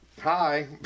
Hi